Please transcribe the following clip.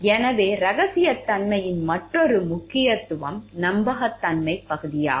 எனவே இரகசியத்தன்மையின் மற்றொரு முக்கியத்துவம் நம்பகத்தன்மை பகுதியாகும்